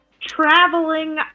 traveling